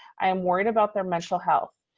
i am worried about their mental health.